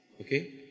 okay